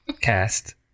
Cast